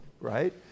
right